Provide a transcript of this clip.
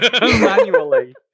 manually